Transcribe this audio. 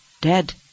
dead